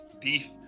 beef